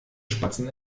spatzen